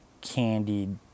candied